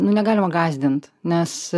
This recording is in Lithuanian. nu negalima gąsdint nes